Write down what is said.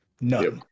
No